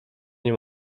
nie